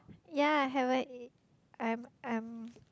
ya haven't eat I'm I'm